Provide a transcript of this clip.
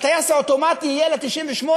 הטייס האוטומטי יהיה על 98,